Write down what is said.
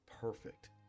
perfect